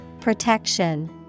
Protection